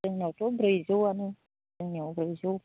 जोंनावथ' ब्रैजौआनो जोंनियाव ब्रैजौ